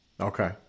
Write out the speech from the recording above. Okay